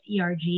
ERG